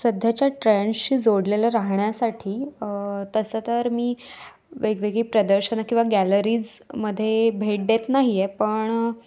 सध्याच्या ट्रॅन्डस्शी जोडलेले राहण्यासाठी तसं तर मी वेगवेगळी प्रदर्शनं किंवा गॅलरीजमधे भेट देत नाही आहे पण